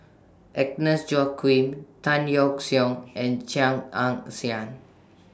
Agnes Joaquim Tan Yeok Seong and Chia Ann Siang